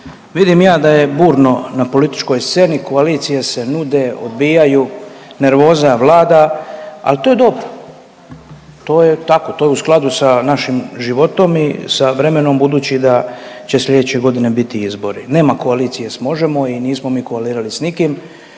Vidim ja da je burno na političkoj sceni, koalicije se nude, odbijaju, nervoza vlada, ali to je dobro. To je tako, to je u skladu sa našim životom i sa vremenom budući da će slijedeće godine biti izbori. Nema koalicije s Možemo i nismo mi koalirali s nikim,